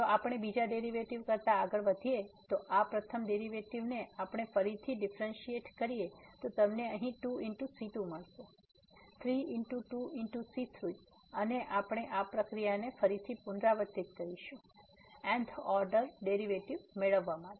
પછી જો આપણે બીજા ડેરીવેટીવ કરતાં આગળ વધીએ તો આ પ્રથમ ડેરીવેટીવ ને આપણે ફરીથી ડીફ્રેનસીએટ કરીએ તો તમને અહીં 2 c2મળશે 3⋅2c3 અને આપણે આ પ્રક્રિયાને ફરીથી પુનરાવર્તિત કરશું n th ઓર્ડર ડેરીવેટીવ મેળવવા માટે